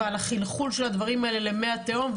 ועל החלחול של הדברים האלה למי התהום,